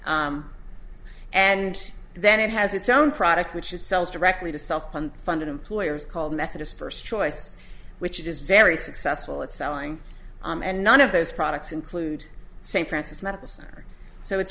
say and then it has its own product which it sells directly to self funded employers called methodist first choice which is very successful at selling and none of those products include st francis medical center so it's